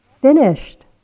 Finished